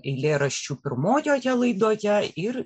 eilėraščių pirmojoje laidoje ir